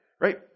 Right